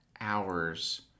hours